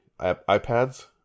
iPads